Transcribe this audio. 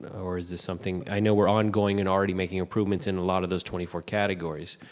or is this something, i know we're on-going and already making improvements in a lot of those twenty four categories,